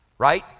Right